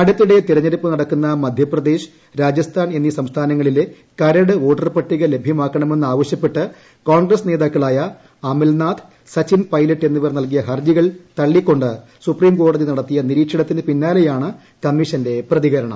അടുത്തിടെ തെരഞ്ഞെടുപ്പ് നടക്കുന്ന മധ്യപ്രദേശ് രാജസ്ഥാൻ എന്നീ സംസ്ഥാനങ്ങളിലെ കരട് വോട്ടർപട്ടിക ലഭ്യമാക്കണമെന്ന് ആവശ്യപ്പെട്ട് കോൺഗ്രസ് നേതാക്കളായ അമൽനാഥ് സച്ചിൻ പൈലറ്റ് എന്നിവർ നൽകിയ ഹർജികൾ തള്ളിക്കൊണ്ട് സുപ്രീംകോടതി നടത്തിയ നിരീക്ഷണത്തിനു പിന്നാലെയാണ് കമ്മീഷ്റ്റെ പ്രതികരണം